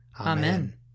Amen